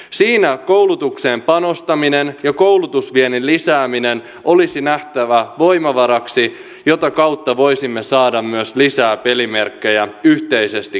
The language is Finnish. siinä koulutukseen panostaminen ja koulutusviennin lisääminen olisi nähtävä voimavaraksi jota kautta voisimme myös saada lisää pelimerkkejä yhteisesti käytettäväksi